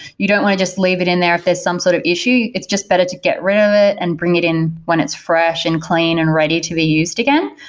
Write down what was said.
you don't want to just leave it in there if there's some sort of issue. it's just better to get rid of it and bring it in when it's fresh and clean and ready to be used again.